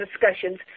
discussions